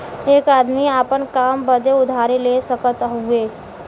एक आदमी आपन काम बदे उधारी ले सकत हउवे